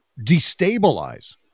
destabilize